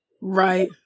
Right